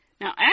Now